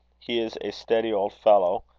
he is a steady old fellow,